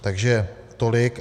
Takže tolik.